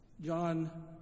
John